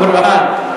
לקוראן.